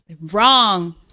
Wrong